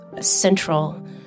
central